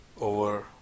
over